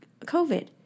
COVID